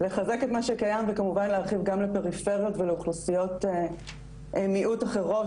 לחזק את מה שקיים וכמובן להרחיב גם לפריפריה ולאוכלוסיות מיעוט אחרות,